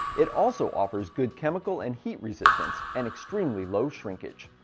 it also offers good chemical and heat resistance and extremely low shrinkage.